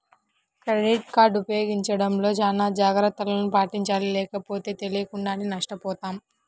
credit card ఉపయోగించడంలో చానా జాగర్తలను పాటించాలి లేకపోతే తెలియకుండానే నష్టపోతాం